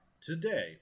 today